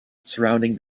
surrounding